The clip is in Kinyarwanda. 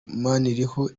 maniriho